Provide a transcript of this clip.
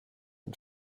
ein